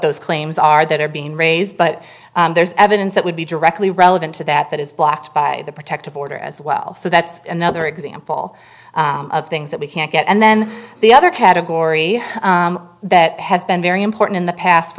those claims are that are being raised but there's evidence that would be directly relevant to that that is blocked by the protective order as well so that's another example of things that we can't get and then the other category that has been very important in the past for